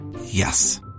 Yes